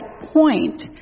point